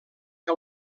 que